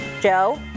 Joe